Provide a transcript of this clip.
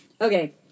Okay